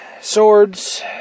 swords